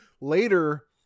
later